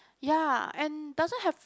ya and doesn't have